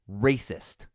racist